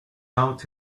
out